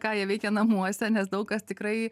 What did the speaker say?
ką jie veikia namuose nes daug kas tikrai